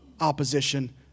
opposition